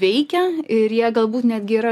veikia ir jie galbūt netgi yra